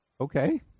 Okay